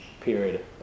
period